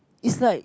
is like